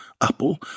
Apple